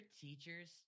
teachers